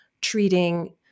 treating